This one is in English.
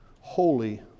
holy